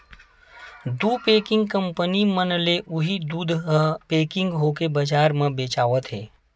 दू packing company मन ले उही दूद ह पेकिग होके बजार म बेचावत हे